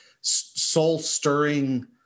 soul-stirring